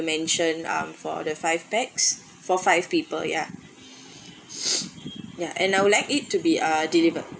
mentioned um for the five pax for five people yeah yeah and I would like it to be uh delivered